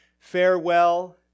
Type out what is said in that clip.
farewell